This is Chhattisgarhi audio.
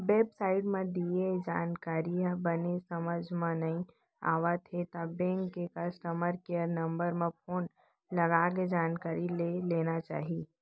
बेब साइट म दिये जानकारी ह बने समझ म नइ आवत हे त बेंक के कस्टमर केयर नंबर म फोन लगाके जानकारी ले लेना चाही